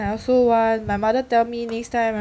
I also want my mother tell me next time